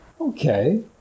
Okay